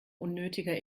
unnötiger